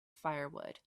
firewood